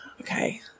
Okay